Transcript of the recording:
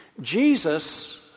Jesus